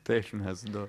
taip mes du